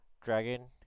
Dragon